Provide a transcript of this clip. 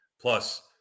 Plus